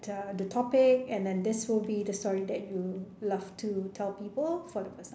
that the topic and then this will be the story that you love to tell people for the first time